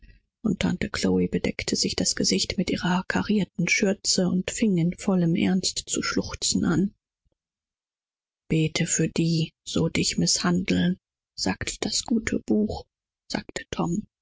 und tante chlo bedeckte ihr gesicht mit ihrer buntgefleckten schürze und fing in vollem ernste bitterlich an zu weinen bittet für die so euch beleidigen sagt das gute buch bemerkte tom